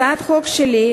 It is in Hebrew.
הצעת החוק שלי,